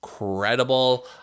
incredible